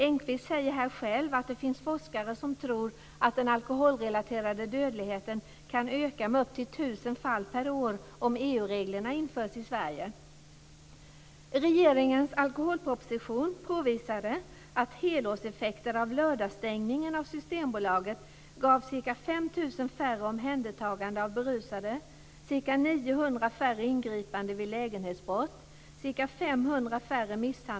Engqvist säger här själv att det finns forskare som tror att den alkoholrelaterade dödligheten kan öka med upp till 1 000 fall per år om EU-reglerna införs i Sverige.